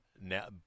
now